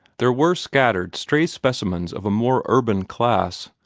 there were scattered stray specimens of a more urban class,